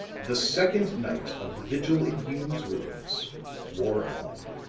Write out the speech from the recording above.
the second night of the vigil in hume's rooms wore on.